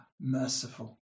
merciful